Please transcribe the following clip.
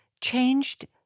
changed